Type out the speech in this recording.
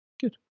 Good